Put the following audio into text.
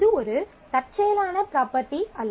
இது ஒரு தற்செயலான ப்ராப்பர்ட்டி அல்ல